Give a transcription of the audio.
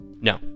No